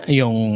yung